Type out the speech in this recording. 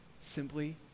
simply